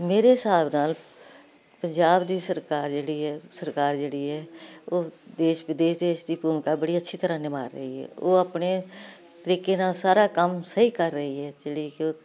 ਮੇਰੇ ਹਿਸਾਬ ਨਾਲ ਪੰਜਾਬ ਦੀ ਸਰਕਾਰ ਜਿਹੜੀ ਹ ਸਰਕਾਰ ਜਿਹੜੀ ਹ ਉਹ ਦੇਸ਼ ਵਿਦੇਸ਼ ਦੇਸ਼ ਦੀ ਭੂਮਿਕਾ ਬੜੀ ਅੱਛੀ ਤਰ੍ਹਾਂ ਨਿਭਾਅ ਰਹੀ ਹੈ ਉਹ ਆਪਣੇ ਤਰੀਕੇ ਨਾਲ ਸਾਰਾ ਕੰਮ ਸਹੀ ਕਰ ਰਹੀ ਹੈ ਜਿਹੜੇ ਕਿ